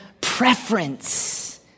preference